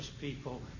people